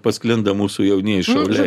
pasklinda mūsų jaunieji šauliai